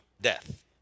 death